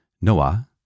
Noah